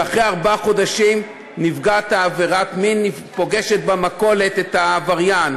ואחרי ארבעה חודשים נפגעת עבירת המין פוגשת במכולת את העבריין.